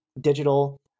digital